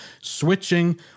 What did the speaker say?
switching